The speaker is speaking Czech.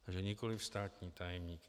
Takže nikoli státní tajemník.